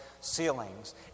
ceilings